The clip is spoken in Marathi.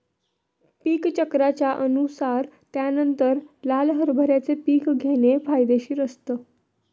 पीक चक्राच्या अनुसार त्यानंतर लाल हरभऱ्याचे पीक घेणे फायदेशीर असतं